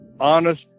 honest